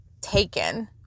taken